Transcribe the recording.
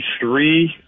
three